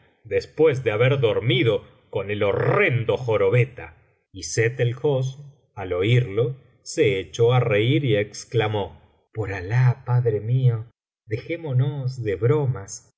después de haber dormido con el horrendo jorobeta y sett el hosn al oírlo se echó á reír y exclamó por alah padre mío dejémonos de bromas